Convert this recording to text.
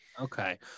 Okay